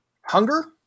hunger